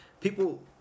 people